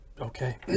Okay